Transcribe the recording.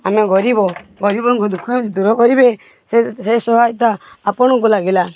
ଆମ ଗରିବ ଗରିବଙ୍କ ଦୁଃଖ ଦୂର କରିବେ ସେ ସହାୟତା ଆପଣଙ୍କୁ ଲାଗିଲା